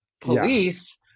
police